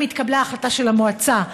אם התקבלה החלטה של המועצה,